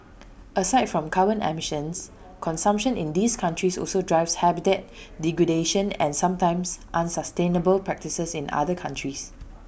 aside from carbon emissions consumption in these countries also drives habitat degradation and sometimes unsustainable practices in other countries